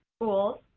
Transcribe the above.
schools,